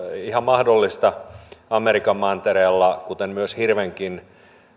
ihan mahdollista amerikan mantereella kuten myös hirvenkin